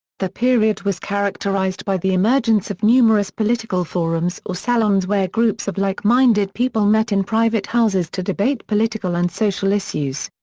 the period was characterized by the emergence of numerous political forums or salons where groups of like-minded people met in private houses to debate political and social issues.